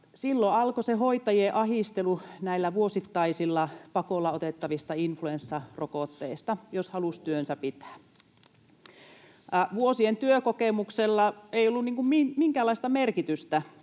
Silloin alkoi se hoitajien ahdistelu näillä vuosittaisilla pakolla otettavilla influenssarokotteilla, jos halusi työnsä pitää. Vuosien työkokemuksella ei ollut minkäänlaista merkitystä,